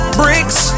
bricks